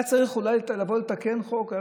היה צריך אולי לבוא לתקן חוק.